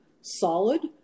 solid